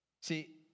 See